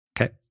okay